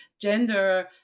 gender